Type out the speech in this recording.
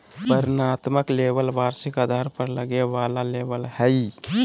वर्णनात्मक लेबल वार्षिक आधार पर लगे वाला लेबल हइ